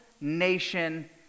nation